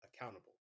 accountable